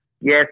Yes